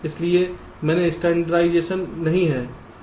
इसलिए कोई स्टैंडर्डज़ेशन नहीं है या कोई स्टैंडर्डज़ेशन नहीं था